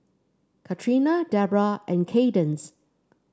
Katrina Debbra and Kaydence